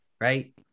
right